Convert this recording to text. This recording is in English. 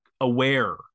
Aware